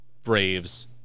Braves